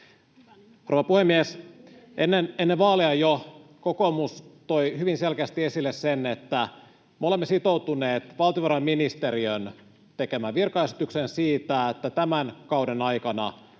Rouva puhemies! Jo ennen vaaleja kokoomus toi hyvin selkeästi esille sen, että me olemme sitoutuneet valtiovarainministeriön tekemään virkaesitykseen siitä, että tämän kauden aikana,